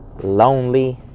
lonely